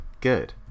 good